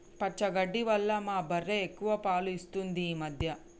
పచ్చగడ్డి వల్ల మా బర్రె ఎక్కువ పాలు ఇస్తుంది ఈ మధ్య